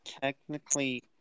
technically